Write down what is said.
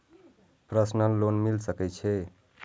Personal loan मिल सके छे?